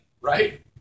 right